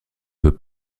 veux